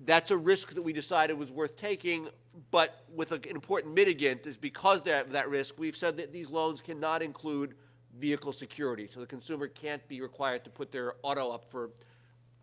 that's a risk that we decided was worth taking but with an important mitigant is because that that risk, we've said that these loans cannot include vehicle security. so, the consumer can't be required to put their auto up for